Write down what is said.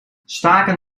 staken